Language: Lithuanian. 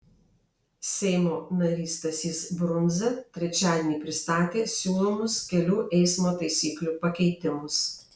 seimo narys stasys brundza trečiadienį pristatė siūlomus kelių eismo taisyklių pakeitimus